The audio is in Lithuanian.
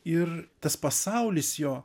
ir tas pasaulis jo